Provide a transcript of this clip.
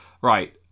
Right